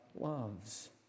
loves